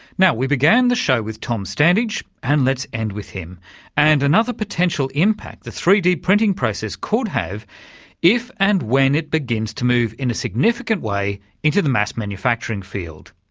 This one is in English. now we began the show with tom standage and let's end with him and another potential impact the three d printing process could have if and when it begins to move in a significant way into the mass manufacturing field.